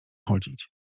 chodzić